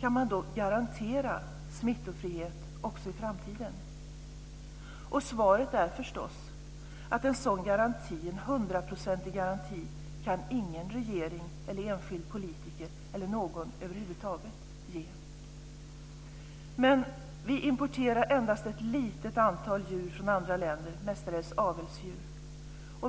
Kan man garantera smittofrihet också i framtiden? Svaret är förstås att en sådan hundraprocentig garanti kan ingen regering, enskild politiker eller någon över huvud taget ge. Men vi importerar endast ett litet antal djur från andra länder, mestadels avelsdjur.